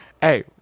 Hey